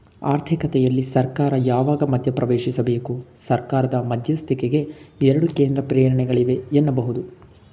ಆರ್ಥಿಕತೆಯಲ್ಲಿ ಸರ್ಕಾರ ಯಾವಾಗ ಮಧ್ಯಪ್ರವೇಶಿಸಬೇಕು? ಸರ್ಕಾರದ ಮಧ್ಯಸ್ಥಿಕೆಗೆ ಎರಡು ಕೇಂದ್ರ ಪ್ರೇರಣೆಗಳಿವೆ ಎನ್ನಬಹುದು